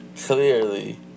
Clearly